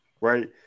right